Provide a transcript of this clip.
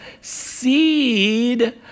seed